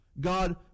God